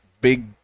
big